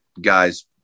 guys